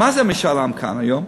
מה זה משאל העם כאן היום?